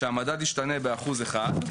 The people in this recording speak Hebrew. שבו המדד ישתנה באחוז אחד,